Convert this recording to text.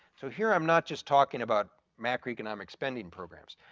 so here i'm not just talking about macroeconomics spending programs.